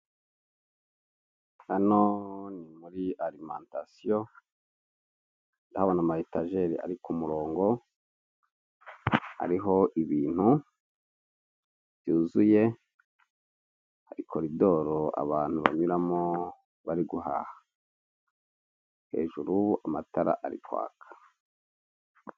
Aha ni muri alimantasiyo ndabona ama etajeri ari ku murongo hariho ibintu byuzuye, hari koridoro abantu banyuramo bari guhaha, hejuru amatara ari kwaka.